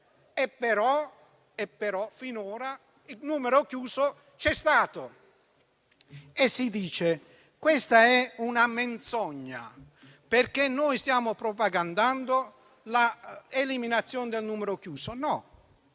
Però finora il numero chiuso c'è stato. Si dice che questa è una menzogna, perché noi stiamo propagandando l'eliminazione del numero chiuso.